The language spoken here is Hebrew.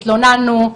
התלוננו,